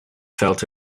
felt